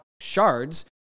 shards